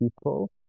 people